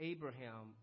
Abraham